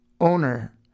Owner